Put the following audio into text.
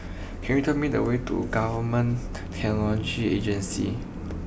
can you tell me the way to Government Technology Agency